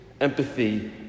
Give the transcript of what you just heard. empathy